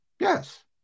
yes